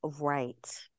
Right